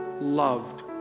loved